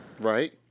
Right